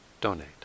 donate